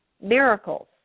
miracles